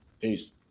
Peace